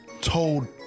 told